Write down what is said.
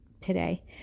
today